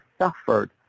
suffered